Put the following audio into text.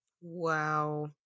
wow